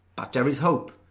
but there is hope.